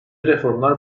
reformlar